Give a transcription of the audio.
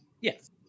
yes